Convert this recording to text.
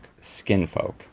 Skinfolk